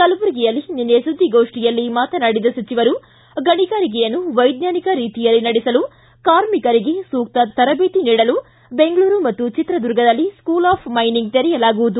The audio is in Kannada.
ಕಲಬುರಗಿಯಲ್ಲಿ ನಿನ್ನೆ ಸುದ್ನಿಗೋಷ್ಠಿಯಲ್ಲಿ ಮಾತನಾಡಿದ ಸಚಿವರು ಗಣಿಗಾರಿಕೆಯನ್ನು ವೈಜ್ಞಾನಿಕ ರೀತಿಯಲ್ಲಿ ನಡೆಸಲು ಕಾರ್ಮಿಕರಿಗೆ ಸೂಕ್ತ ತರಬೇತಿ ನೀಡಲು ಬೆಂಗಳೂರು ಮತ್ತು ಚಿತ್ರದುರ್ಗದಲ್ಲಿ ಸ್ಕೂಲ್ ಆಫ್ ಮೈನಿಂಗ್ ತೆರೆಯಲಾಗುವುದು